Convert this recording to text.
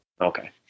Okay